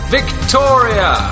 Victoria